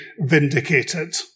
vindicated